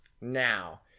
Now